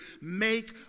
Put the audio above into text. make